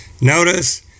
notice